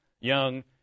young